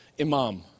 imam